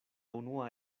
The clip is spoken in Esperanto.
unua